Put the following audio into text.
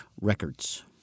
records